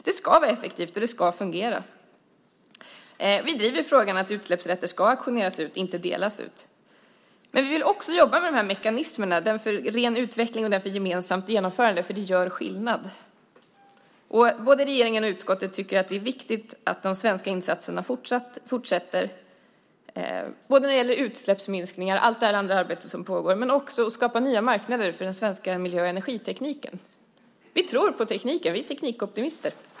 Det ska vara effektivt, och det ska fungera. Vi driver frågan att utsläppsrätter ska auktioneras ut, inte delas ut. Men vi vill också jobba med mekanismerna för ren utveckling och gemensamt genomförande, för det gör skillnad. Både regeringen och utskottet tycker att det är viktigt att de svenska insatserna fortsätter när det gäller utsläppsminskningar och allt det andra arbete som pågår, men också när det gäller att skapa nya marknader för den svenska miljö och energitekniken. Vi tror på tekniken. Vi är teknikoptimister.